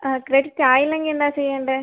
ആ ക്രെഡിറ്റ് ആയില്ലെങ്കിൽ എന്താണ് ചെയ്യേണ്ടത്